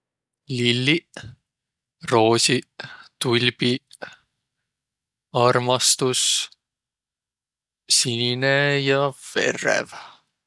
Lilliq, roosiq, tulbiq, armastus, sinine ja verrev.